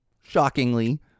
shockingly